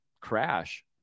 crash